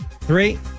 Three